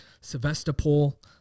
Sevastopol